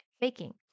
baking